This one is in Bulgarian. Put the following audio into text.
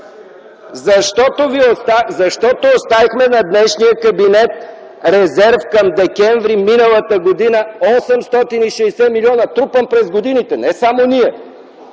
Защото оставихме на днешния кабинет резерв към декември миналата година от 860 милиона – трупан през годините – не само ние,